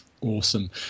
Awesome